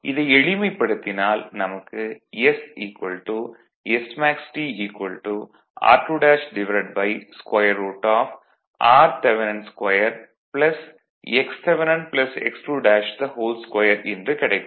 இதை எளிமைப்படுத்தினால் நமக்கு s smaxT r2 √rth2 xth x22 என்று கிடைக்கும்